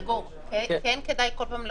כן כדאי לומר כל פעם: